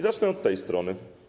Zacznę od tej strony.